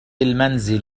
المنزل